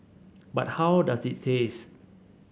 but how does it taste